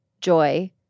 joy